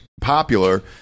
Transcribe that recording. popular